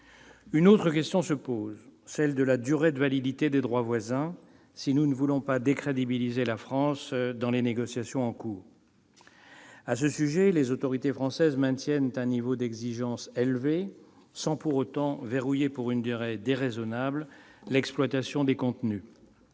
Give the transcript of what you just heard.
Une autre question se pose, celle de la durée de validité des droits voisins, si nous ne voulons pas décrédibiliser la France dans les négociations en cours. Sur ce sujet, les autorités françaises maintiennent un niveau d'exigence élevé, sans pour autant verrouiller pour une durée déraisonnable l'exploitation des contenus.